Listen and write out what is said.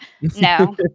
No